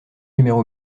numéro